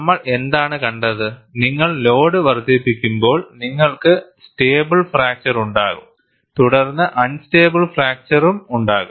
നമ്മൾ എന്താണ് കണ്ടത് നിങ്ങൾ ലോഡ് വർദ്ധിപ്പിക്കുമ്പോൾ നിങ്ങൾക്ക് സ്റ്റേബിൾ ഫ്രാക്ചർ ഉണ്ടാകും തുടർന്ന് അൺസ്റ്റേബിൾ ഫ്രാക്ചറും ഉണ്ടാകും